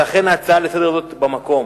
אז אכן ההצעה הזאת לסדר-היום היא במקום.